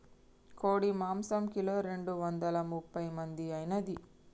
కోడి మాంసం కిలో రెండు వందల ముప్పై మంది ఐనాది